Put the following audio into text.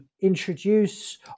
introduce